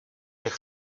jak